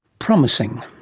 promising.